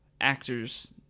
actors